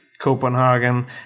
Copenhagen